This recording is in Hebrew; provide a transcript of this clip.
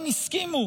הסכימו